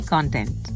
Content